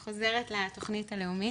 אני חוזרת לתוכנית הלאומית.